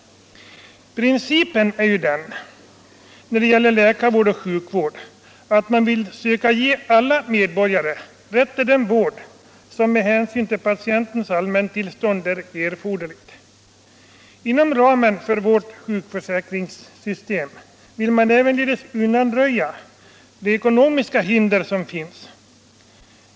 Principen är ju den, när det gäller läkarvård och sjukvård, att man vill söka ge alla medborgare rätt till den vård som med hänsyn till patientens allmäntillstånd är erforderlig. Inom ramen för vårt sjukförsäkringssystem vill man också undanröja de ekonomiska hinder som finns.